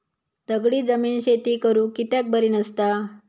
दगडी जमीन शेती करुक कित्याक बरी नसता?